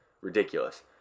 Ridiculous